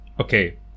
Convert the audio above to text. Okay